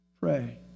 pray